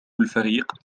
الفريق